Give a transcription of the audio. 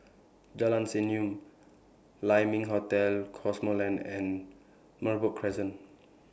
Jalan Senyum Lai Ming Hotel Cosmoland and Merbok Crescent